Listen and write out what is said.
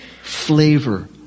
Flavor